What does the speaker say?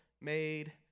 made